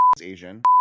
asian